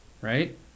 right